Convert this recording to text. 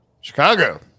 Chicago